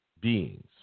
beings